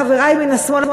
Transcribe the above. חברי מהשמאל,